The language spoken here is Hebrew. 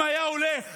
אם היה הולך